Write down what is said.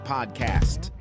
Podcast